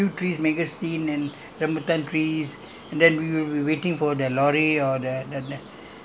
ya because there's a there's a kind of field there have few three mangosteen and rambutan trees